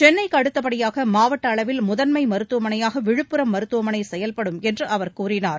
சென்னைக்கு அடுத்தபடியாக மாவட்ட அளவில் முதன்மை மருத்துவமனையாக விழுப்புரம் மருத்துவமனை செயல்படும் என்று அவர் கூறினார்